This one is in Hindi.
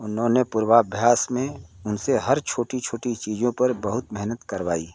उन्होंने पूर्वाभ्यास में उनसे हर छोटी छोटी चीज़ों पर बहुत मेहनत करवाई